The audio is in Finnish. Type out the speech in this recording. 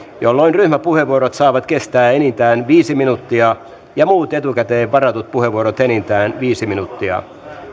jolloin ryhmäpuheenvuorot saavat kestää enintään viisi minuuttia ja muut etukäteen varatut puheenvuorot enintään viisi minuuttia